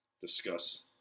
Discuss